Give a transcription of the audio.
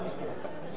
זה דבר אחד.